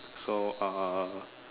so uh